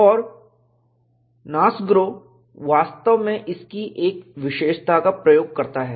और NASGRO वास्तव में इसकी एक विशेषता का प्रयोग करता है